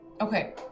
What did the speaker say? Okay